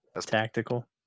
Tactical